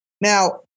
now